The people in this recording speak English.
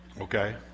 okay